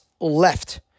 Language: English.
left